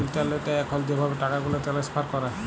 ইলটারলেটে এখল যেভাবে টাকাগুলা টেলেস্ফার ক্যরে